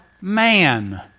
man